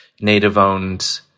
native-owned